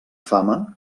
fama